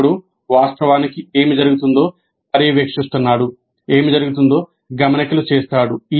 బోధకుడు వాస్తవానికి ఏమి జరుగుతుందో పర్యవేక్షిస్తున్నాడు ఏమి జరుగుతుందో గమనికలు చేస్తాడు